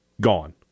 gone